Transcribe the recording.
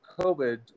COVID